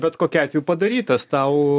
bet kokiu atveju padarytas tau